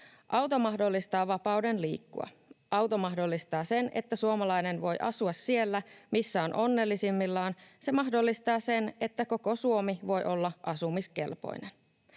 Auto mahdollistaa vapauden liikkua. Auto mahdollistaa sen, että suomalainen voi asua siellä, missä on onnellisimmillaan. Se mahdollistaa sen, että koko Suomi voi olla asumiskelpoinen.